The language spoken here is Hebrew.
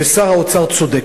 ושר האוצר צודק.